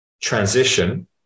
transition